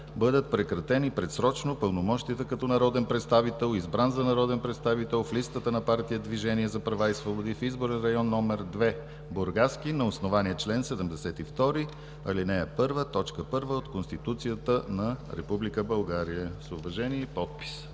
бъдат прекратени предсрочно пълномощията като народен представител, избран за народен представител в листата на партия „Движение за права и свободи“ в изборен район № 2, Бургаски, на основание чл. 72, ал. 1, т. 1 от Конституцията на Република България.“ С уважение и подпис.